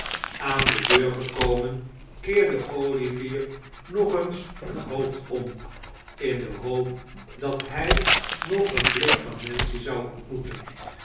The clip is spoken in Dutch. aan de deur gekomen keerde olivier nog eens het hoofd om in de hoop dat hij nog een blik van nancy zou ontmoeten